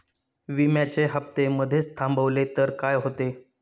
विम्याचे हफ्ते मधेच थांबवले तर काय होते?